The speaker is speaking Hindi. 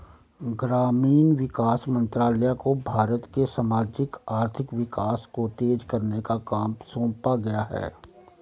ग्रामीण विकास मंत्रालय को भारत के सामाजिक आर्थिक विकास को तेज करने का काम सौंपा गया है